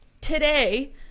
today